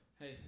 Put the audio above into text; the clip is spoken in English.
Hey